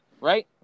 right